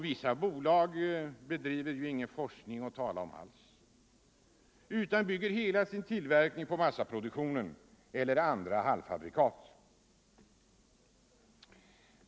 Vissa bolag bedriver ingen forskning att tala om alls, utan de bygger hela sin tillverkning på massaproduktionen eller andra halvfabrikat.